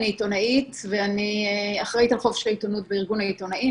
אני עיתונאית ואני אחראית על החופש העיתונות בארגון העיתונאים.